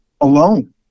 alone